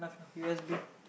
U_S_B